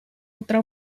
otra